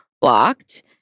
blocked